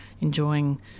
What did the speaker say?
enjoying